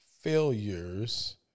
failures